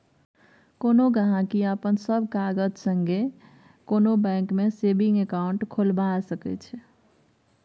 कोनो गहिंकी अपन सब कागत संगे कोनो बैंक मे सेबिंग अकाउंट खोलबा सकै छै